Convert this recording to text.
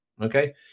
Okay